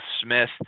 Smith